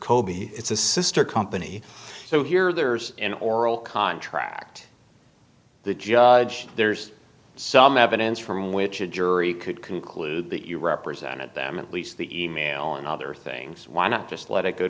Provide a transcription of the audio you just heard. cobi it's a sister company so here there's an oral contract the judge there's some evidence from which a jury could conclude that you represented them at least the e mail and other things why not just let it go